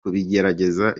kubigerageza